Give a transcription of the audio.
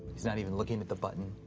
he's not even looking at the button.